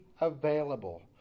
available